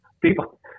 People